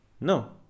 No